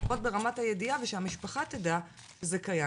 לפחות ברמת הידיעה ושהמשפחה תדע שזה קיים.